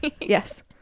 yes